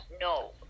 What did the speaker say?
No